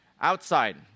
outside